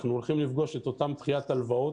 אנחנו הולכים לפגוש את אותן דחיית הלוואות.